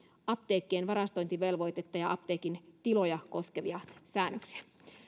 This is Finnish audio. apteekkien varastointivelvoitetta ja apteekin tiloja koskevia säännöksiä